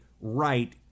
right